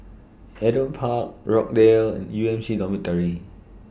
Adam Park Rochdale and U M C Dormitory